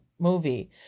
movie